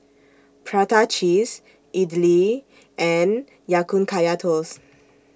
Prata Cheese Idly and Ya Kun Kaya Toast